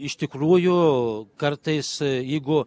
iš tikrųjų kartais jeigu